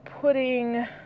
putting